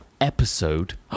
episode